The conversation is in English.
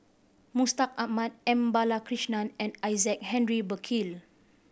Mustaq Ahmad M Balakrishnan and Isaac Henry Burkill